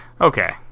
Okay